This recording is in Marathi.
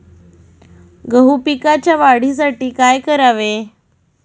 गहू पिकाच्या वाढीसाठी काय करावे?